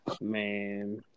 Man